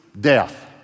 death